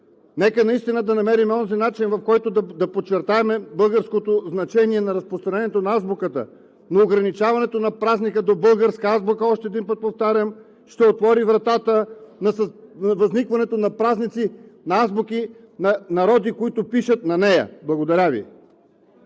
Нека наистина да намерим онзи начин, в който да подчертаем българското значение на разпространението на азбуката. Но ограничаването на празника до българска азбука – още един път повтарям – ще отвори вратата на възникването на празници на азбуки на народи, които пишат на нея. Благодаря Ви.